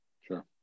Sure